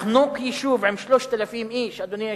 לחנוק יישוב של 3,000 איש, אדוני היושב-ראש,